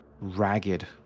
ragged